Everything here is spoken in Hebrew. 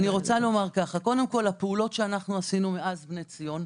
אני רוצה לומר שקודם כל הפעולות שעשינו מאז בני ציון,